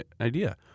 idea